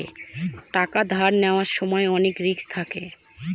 টাকা ধার নেওয়ার সময় অনেক রিস্ক থাকে